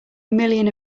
million